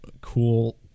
cool